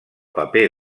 paper